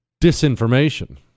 disinformation